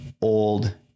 old